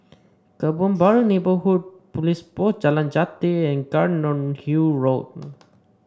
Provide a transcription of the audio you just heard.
Kebun Baru Neighbourhood Police Post Jalan Jati and Cairnhill Road